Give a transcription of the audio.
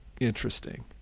interesting